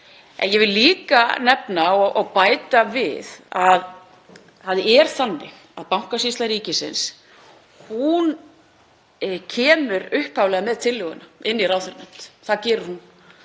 ég vil líka nefna og bæta við að það er þannig að Bankasýsla ríkisins kemur upphaflega með tillöguna inn í ráðherranefnd. Það gerir hún.